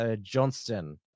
johnston